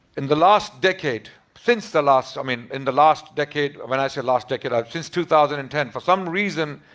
in the last decade, since the last. i mean in the last decade, when i said last decade. um since two thousand and ten, for some reason,